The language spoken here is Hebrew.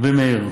רבי מאיר.